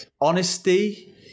honesty